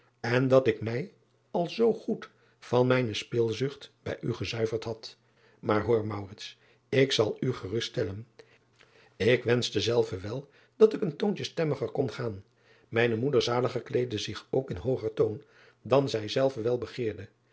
en dat ik mij al zoo goed van mijne spilzucht bij u gezuiverd had aar hoor ik zal u gerust stellen k wenschte zelve wel dat ik een foortje stemmiger kon gaan mijne moeder zaliger kleedde zich ook in hooger toon dan zij zelve wel